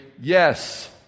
yes